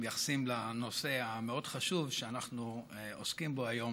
מייחסים לנושא המאוד-חשוב שאנחנו עוסקים בו היום